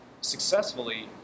successfully